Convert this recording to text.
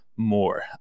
more